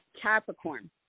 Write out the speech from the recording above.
Capricorn